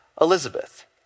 Elizabeth